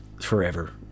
forever